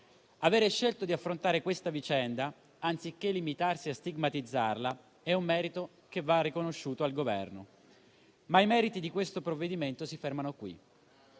Avere scelto di affrontare questa vicenda, anziché limitarsi a stigmatizzarla, è un merito che va riconosciuto al Governo, ma i meriti di questo provvedimento si fermano qui.